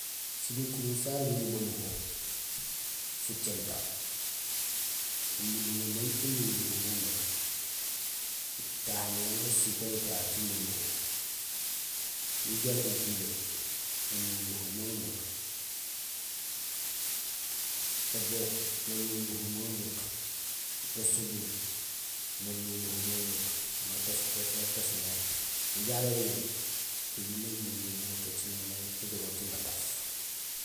Sinukuréén sarégmé baluho: fucinta émunduŋo may éluho luho memeek tahé niyang ésiko uju tahé tin baluho nujaal éjilee naluho luho memeek ébook naluho luho memeek gasobul naluho luho memeek go may rok tosmé hani érigirig ho naluho luho memeek écimé may éjogooltin bataaf.